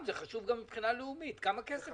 זה חשוב גם מבחינה לאומית, כמה כסף.